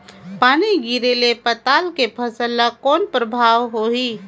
पानी गिरे ले पताल के फसल ल कौन प्रभाव होही?